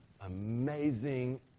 amazing